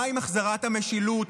מה עם החזרת המשילות?